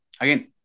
Again